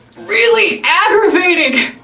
really aggravating,